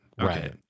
Right